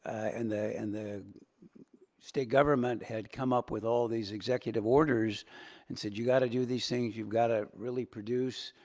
and the and the government had come up with all these executive orders and said, you got to do these things. you've got to really produce.